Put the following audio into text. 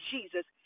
Jesus